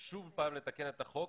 ושוב פעם לתקן את החוק,